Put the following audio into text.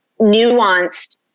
nuanced